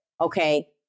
Okay